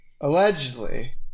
allegedly